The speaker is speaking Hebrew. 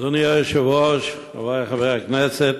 אדוני היושב-ראש, חברי חברי הכנסת,